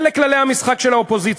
אלה כללי המשחק של האופוזיציה,